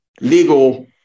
legal